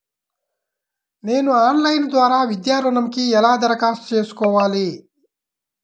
నేను ఆన్లైన్ ద్వారా విద్యా ఋణంకి ఎలా దరఖాస్తు చేసుకోవాలి?